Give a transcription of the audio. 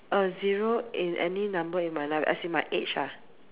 a zero in any number in my life as in my age ah